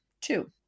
two